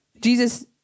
Jesus